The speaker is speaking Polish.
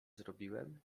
zrobiłem